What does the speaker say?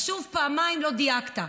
אז שוב, פעמיים לא דייקת.